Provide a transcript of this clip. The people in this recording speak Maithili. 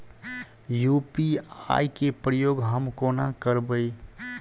यु.पी.आई केँ प्रयोग हम कोना करबे?